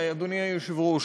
אדוני היושב-ראש,